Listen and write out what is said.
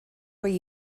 where